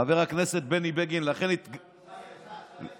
חבר הכנסת בני בגין, עכשיו יש לך הארכה.